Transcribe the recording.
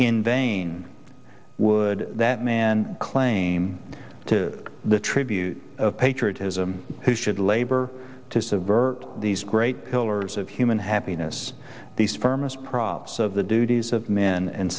in vain would that man claim to the tribute of patriotism who should labor to subvert these great pillars of human happiness these firmest props of the duties of men and